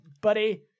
buddy